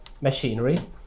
machinery